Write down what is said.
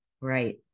Right